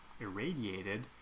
irradiated